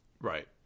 right